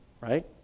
right